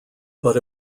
but